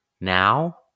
now